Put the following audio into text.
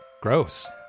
Gross